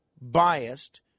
biased